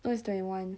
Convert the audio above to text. well it's twenty one